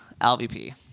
LVP